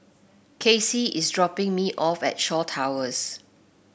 Kaci is dropping me off at Shaw Towers